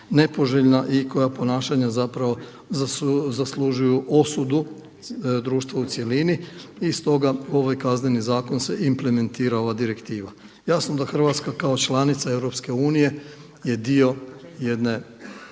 nepoželjna i koja ponašanja zapravo zaslužuju osudu društva u cjelini i stoga u ovaj Kazneni zakon se implementira ova direktiva. Jasno da Hrvatska kao članica EU je dio jedne